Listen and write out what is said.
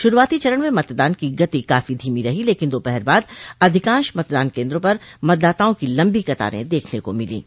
शुरूआत चरण में मतदान की गति काफी धीमी रही लेकिन दोपहर बाद अधिकांश मतदान केन्द्रों पर मतदाताओं की लम्बी कतारें देखने को मिलीं